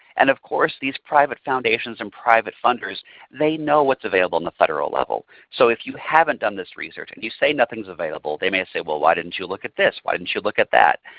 and of course, these private foundations and private funders they know what's available on the federal level. so if you haven't done this research and you say nothing is available, they may say well why didn't you look at this? why didn't you look at that?